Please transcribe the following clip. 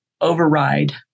override